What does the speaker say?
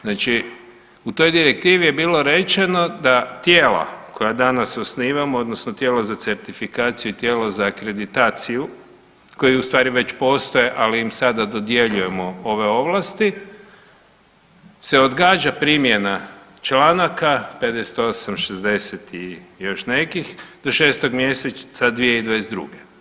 Znači u toj direktivi je bilo rečeno da tijela koja danas osnivamo odnosno tijelo za certifikaciju i tijelo za akreditaciju koje ustvari već postoje ali im sada dodjeljujemo ove ovlasti se odgađa primjena Članka 58., 60. i još nekih do 6. mjeseca 2022.